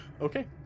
Okay